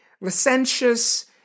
licentious